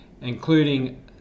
including